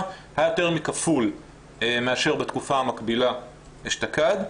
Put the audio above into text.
היה יותר מכפול מאשר בתקופה המקבילה אשתקד,